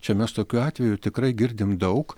čia mes tokių atvejų tikrai girdim daug